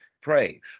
praise